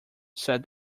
said